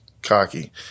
Cocky